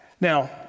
Now